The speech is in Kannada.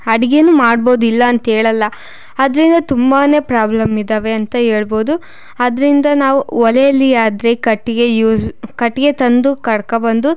ಅಡಿಗೆನು ಮಾಡ್ಬೋದು ಇಲ್ಲಾಂತ ಹೇಳಲ್ಲ ಅದರಿಂದ ತುಂಬಾ ಪ್ರಾಬ್ಲಮ್ ಇದ್ದಾವೆ ಅಂತ ಹೇಳ್ಬೋದು ಅದರಿಂದ ನಾವು ಒಲೆಯಲ್ಲಿ ಆದರೆ ಕಟ್ಟಿಗೆ ಯೂಸ್ ಕಟ್ಟಿಗೆ ತಂದು ಕಡ್ಕೊ ಬಂದು